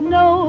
no